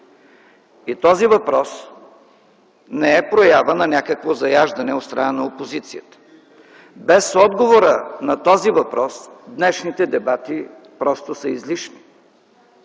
Този въпрос не е проява на някакво заяждане от страна на опозицията. Без отговора на този въпрос днешните дебати просто са излишни.